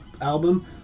album